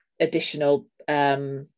additional